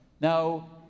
Now